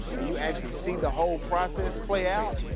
and you actually see the whole process play out,